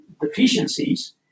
deficiencies